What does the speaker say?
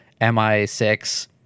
mi6